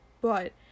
but-